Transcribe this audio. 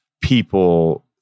people